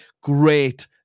great